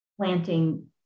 planting